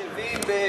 מחשבים במגדל-העמק?